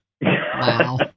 Wow